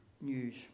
news